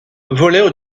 volaient